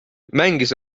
mängis